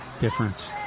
difference